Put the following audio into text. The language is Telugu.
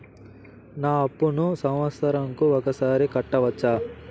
నా అప్పును సంవత్సరంకు ఒకసారి కట్టవచ్చా?